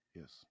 Yes